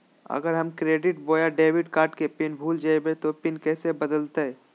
अगर हम क्रेडिट बोया डेबिट कॉर्ड के पिन भूल जइबे तो पिन कैसे बदलते?